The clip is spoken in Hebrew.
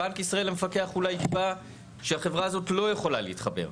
בנק ישראל המפקח אולי יקבע שהחברה הזאת לא יכולה להתחבר.